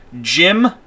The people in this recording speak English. Jim